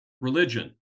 religion